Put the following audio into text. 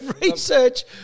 Research